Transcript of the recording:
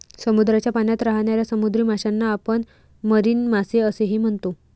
समुद्राच्या पाण्यात राहणाऱ्या समुद्री माशांना आपण मरीन मासे असेही म्हणतो